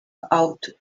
out